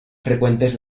frecuentes